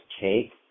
take